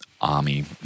army